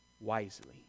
wisely